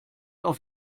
auf